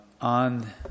on